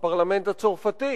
הפרלמנט הצרפתי,